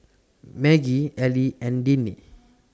Maggie Eli and Dennie